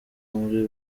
muri